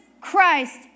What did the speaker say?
Christ